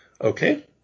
Okay